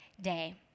day